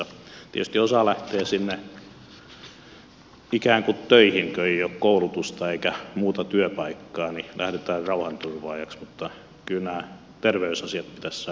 tietysti osa lähtee sinne ikään kuin töihin kun ei ole koulutusta eikä muuta työpaikkaa niin lähdetään rauhanturvaajaksi mutta kyllä nämä terveysasiat pitäisi saada kuntoon